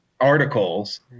articles